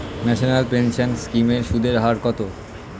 National pension scheme এর সুদের হার কত?